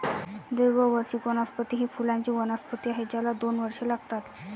द्विवार्षिक वनस्पती ही फुलांची वनस्पती आहे ज्याला दोन वर्षे लागतात